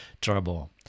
trouble